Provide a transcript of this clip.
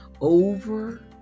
Over